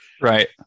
Right